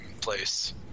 place